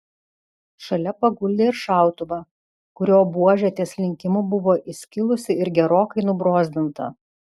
šalia paguldė ir šautuvą kurio buožė ties linkimu buvo įskilusi ir gerokai nubrozdinta